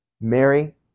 Mary